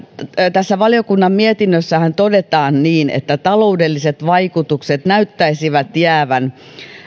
tässä valiokunnan mietinnössähän todetaan että taloudelliset vaikutukset näyttäisivät jäävän aika vähäisiksi